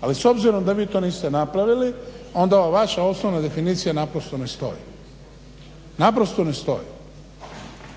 ali s obzirom da vi to niste napravili, onda vaša osnovna definicija naprosto ne stoji. Naprosto ne stoji.